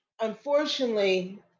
unfortunately